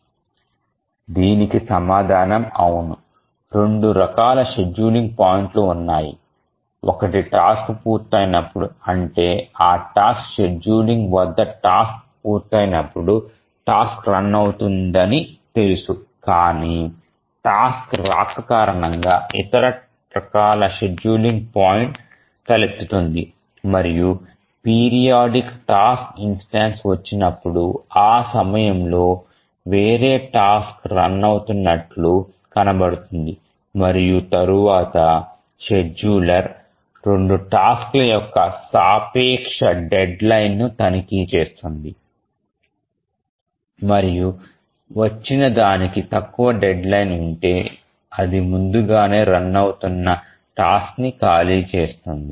దీనికి సమాధానం అవును రెండు రకాల షెడ్యూలింగ్ పాయింట్లు ఉన్నాయి ఒకటి టాస్క్ పూర్తయినప్పుడు అంటే ఆ టాస్క్ షెడ్యూలింగ్ వద్ద టాస్క్ పూర్తయినప్పుడు టాస్క్ రన్ అవుతుందని తెలుసు కాని టాస్క్ రాక కారణంగా ఇతర రకాల షెడ్యూలింగ్ పాయింట్ తలెత్తుతుంది మరియు పీరియాడిక్ టాస్క్ ఇన్స్టెన్సు వచ్చినప్పుడు ఆ సమయంలో వేరే టాస్క్ రన్ అవుతున్నట్లు కనబడుతుంది మరియు తరువాత షెడ్యూలర్ 2 టాస్క్ ల యొక్క సాపేక్ష డెడ్లైన్ ను తనిఖీ చేస్తుంది మరియు వచ్చిన దానికి తక్కువ డెడ్లైన్ ఉంటే అది ముందుగానే రన్ అవుతున్న టాస్క్ ని ఖాళీ చేస్తుంది